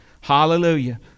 Hallelujah